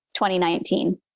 2019